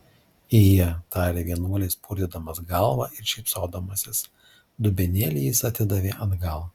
ije tarė vienuolis purtydamas galva ir šypsodamasis dubenėlį jis atidavė atgal